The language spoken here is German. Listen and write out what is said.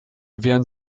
während